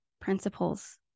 principles